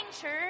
church